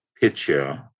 picture